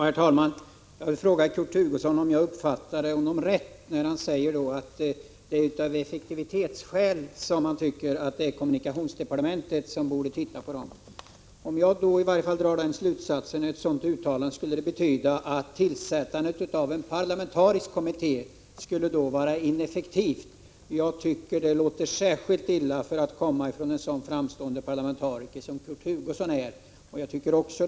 Herr talman! Jag vill fråga Kurt Hugosson om det är rätt uppfattat av mig att det är av effektivitetsskäl som man tycker att kommunikationsdepartementet borde titta på dessa saker. Den slutsats somii varje fall jag drar av ett sådant uttalande är att det i så fall skulle vara ineffektivt att tillsätta en parlamentarisk kommitté. Det tycker jag låter mycket illa, särskilt som uttalandet kommer från en sådan framstående parlamentariker som Kurt Hugusson.